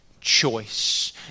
choice